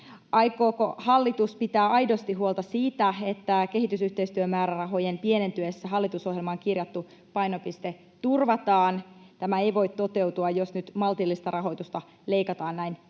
Aikooko hallitus pitää aidosti huolta siitä, että kehitysyhteistyömäärärahojen pienentyessä hallitusohjelmaan kirjattu painopiste turvataan? Tämä ei voi toteutua, jos nyt maltillista rahoitusta leikataan näin